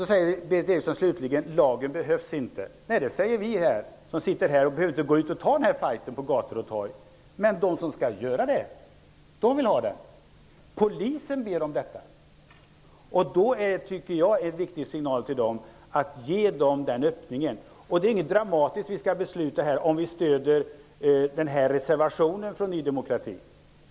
Berith Eriksson säger slutligen att lagen inte behövs. Det kan vi som inte behöver gå ut och ta fighten på gator och torg säga! De som skall göra det vill ha lagen. Polisen ber om den. Jag tycker att denna öppning skulle vara en viktig signal. Det är inget dramatiskt. Vi skall besluta oss för om vi stöder reservationen från Ny demokrati.